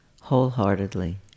wholeheartedly